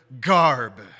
garb